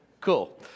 Cool